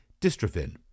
dystrophin